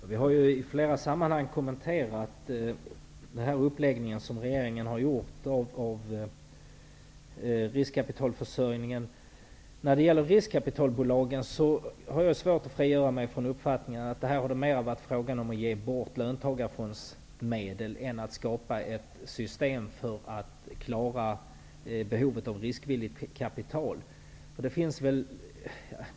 Herr talman! Man har i flera sammanhang kommenterat regeringens uppläggning av riskkapitalförsörjningen. När det gäller riskkapitalbolagen har jag svårt att frigöra mig från uppfattningen att det här mera har varit fråga om att ge bort löntagarfondsmedel än att skapa ett system för att klara behovet av riskvilligt kapital.